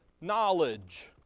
knowledge